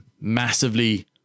massively